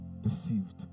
deceived